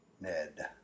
Ned